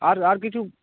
আর আর কিছু